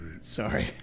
Sorry